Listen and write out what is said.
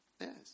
Yes